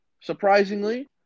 surprisingly